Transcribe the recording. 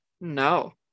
No